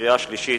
בקריאה שלישית.